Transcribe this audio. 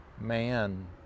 man